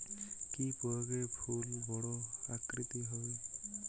কি প্রয়োগে ফুল বড় আকৃতি হবে?